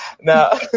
No